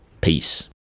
peace